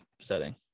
setting